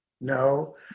No